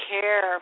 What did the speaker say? care